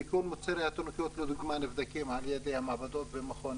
כי כל מוצרי התינוקות לדוגמה נבדקים על ידי המעבדות ומכון